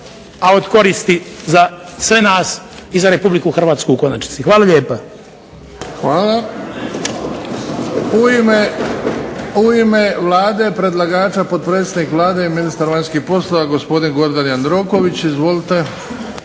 a od koristi za sve nas i za Republiku Hrvatsku u konačnici. Hvala lijepa. **Bebić, Luka (HDZ)** Hvala. U ime Vlade i predlagača, potpredsjednik Vlade i ministar vanjskih poslova gospodin Gordan Jandroković. Izvolite.